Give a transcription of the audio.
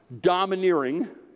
domineering